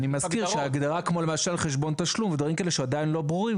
אני מזכיר שיש הגדרות שעדיין לא ברורות,